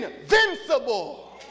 invincible